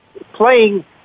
playing